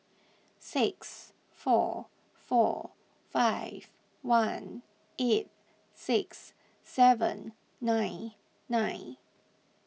six four four five one eight six seven nine nine